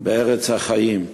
בארץ החיים.